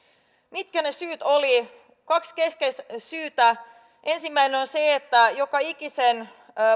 mitkä ne syyt olivat kaksi keskeistä syytä ensimmäinen on se että joka ikisen